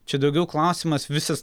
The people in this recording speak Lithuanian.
čia daugiau klausimas visas